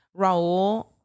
Raul